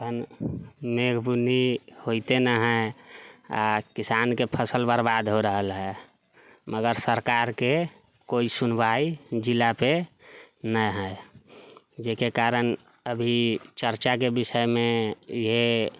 एखन मेघ बुन्नी होइते नहि हइ आओर किसानके फसल बर्बाद हो रहल हइ मगर सरकारके कोइ सुनवाइ जिलाके नहि हइ जाहिके कारण अभी चर्चाके विषयमे इएह